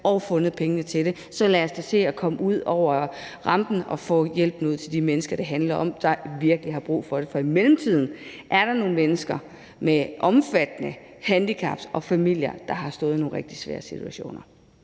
har fundet pengene til det. Så lad os da se at komme ud over rampen og få hjælpen ud til de mennesker, det handler om, og som virkelig har brug for det, for i mellemtiden er der nogle mennesker med omfattende handicaps og deres familier, der har stået i nogle rigtig svære situationer.